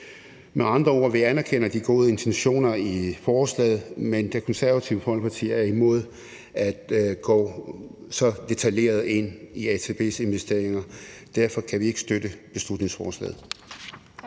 Med andre ord: Vi anerkender de gode intentioner i forslaget, men Det Konservative Folkeparti er imod at gå så detaljeret ind i ATP's investeringer. Derfor kan vi ikke støtte beslutningsforslaget.